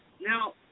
Now